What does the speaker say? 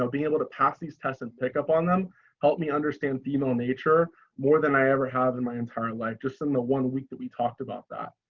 so being able to pass these tests and pick up on them helped me understand female nature more than i ever have in my entire life, just in the one week that we talked about that.